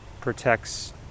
protects